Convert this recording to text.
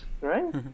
right